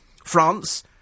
France